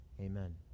Amen